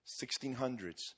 1600s